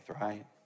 right